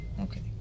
okay